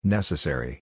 Necessary